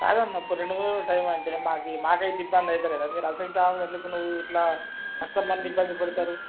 కాదమ్మా ఇప్పడు రెండు మూడు రోజులు టైం అంటే మాకు మాకు అయితే ఇబ్బంది అయిత లేదా మీరు అటువంటి ఆమెను ఎందుకు నువ్వు ఇట్లా కస్టమర్లను ఇబ్బంది పెడతారు